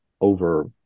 over